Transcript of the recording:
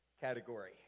category